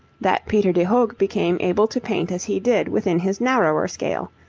that peter de hoogh became able to paint as he did within his narrower scale,